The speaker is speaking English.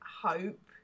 hope